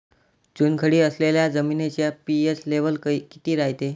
चुनखडी असलेल्या जमिनीचा पी.एच लेव्हल किती रायते?